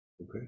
Okay